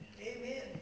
Amen